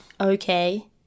Okay